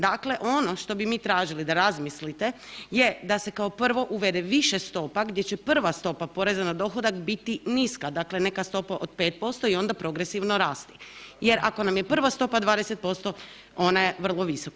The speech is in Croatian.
Dakle, ono što bi mi tražili da razmislite je da se kao prvo uvede više stopa gdje će prva stopa poreza na dohodak biti niska, dakle neka stopa od 5% i onda progresivno rasti jer, ako nam je prva stopa 20%, ona je vrlo visoka.